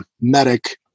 medic